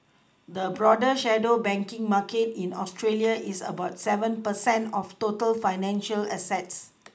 the broader shadow banking market in Australia is about seven per cent of total financial assets